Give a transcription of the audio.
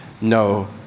no